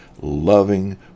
loving